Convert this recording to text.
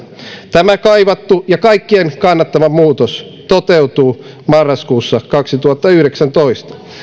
tämä kaivattu ja kaikkien kannattama muutos toteutuu marraskuussa kaksituhattayhdeksäntoista